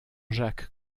jacques